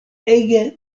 ege